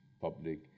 public